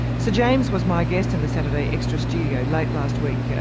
sir james was my guest in the saturday extra studio late last week, yeah